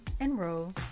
enroll